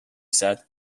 said